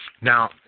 Now